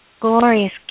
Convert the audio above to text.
glorious